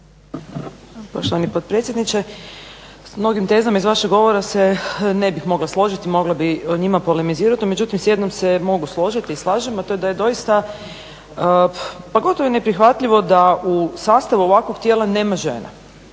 Poštovani potpredsjedniče s mnogim tezama iz vašeg govora se ne bih mogla složiti, mogla bih o njima polemizirati no međutim s jednom se mogu složiti i slažem se a to je da je doista pa gotovo i neprihvatljivo da u sastavu ovakvog tijela nema žena,